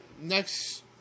next